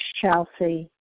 Chelsea